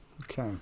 Okay